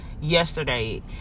yesterday